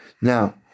Now